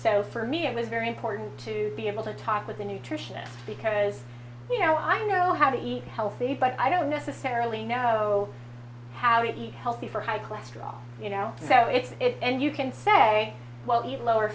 so for me it was very important to be able to talk with a nutritionist because you know i know how eat healthy but i don't necessarily know how to be healthy for high cholesterol you know so it's and you can say well you lower